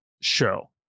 show